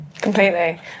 Completely